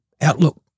outlook